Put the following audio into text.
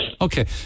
Okay